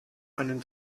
einen